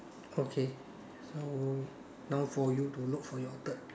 okay so now for you to look for your third